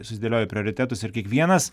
susidėlioji prioritetus ir kiekvienas